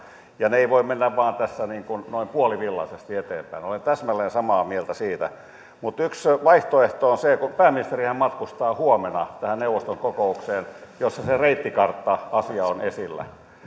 ja ne eivät voi mennä vain noin puolivillaisesti eteenpäin olen täsmälleen samaa mieltä siitä mutta yksi vaihtoehto on se kun pääministerihän matkustaa huomenna neuvoston kokoukseen jossa se se reittikartta asia on esillä